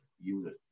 unit